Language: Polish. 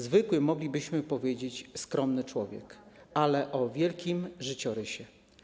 Zwykły, moglibyśmy powiedzieć, skromny człowiek, ale o wielkim życiorysie.